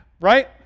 right